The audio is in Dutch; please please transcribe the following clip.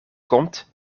komt